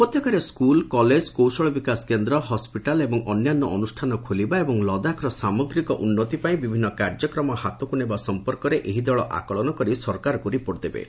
ଉପତ୍ୟକାରେ school college କୌଶଳ ବିକାଶ କେନ୍ଦ୍ର ହସ୍ୱିଟାଲ ଏବଂ ଅନ୍ୟାନ୍ୟ ଅନୁଷ୍ଠାନ ଖୋଲିବା ଏବଂ ଲଦାଖର ସାମଗ୍ରିକ ଉନ୍ନତି ପାଇଁ ବିଭିନ୍ନ କାର୍ଯ୍ୟକ୍ରମ ହାତକୁ ନେବା ସଂପର୍କରେ ଏହି ଦଳ ଆକଳନ କରି ସରକାରଙ୍କୁ ରିପୋର୍ଟ ଦେବେ